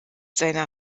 seiner